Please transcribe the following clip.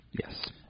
yes